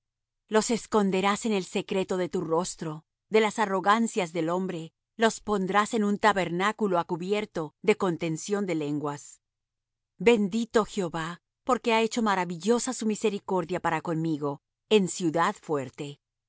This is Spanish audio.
los esconderás en el secreto de tu rostro de las arrogancias del hombre los pondrás en un tabernáculo á cubierto de contención de lenguas bendito jehová porque ha hecho maravillosa su misericordia para conmigo en ciudad fuerte y